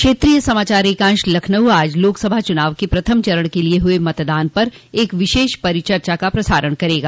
क्षेत्रीय समाचार एकांश लखनऊ आज लोकसभा चुनाव के प्रथम चरण के लिये हुए मतदान पर एक विशेष परिचर्चा का प्रसारण करेगा